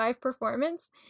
performance